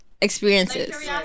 experiences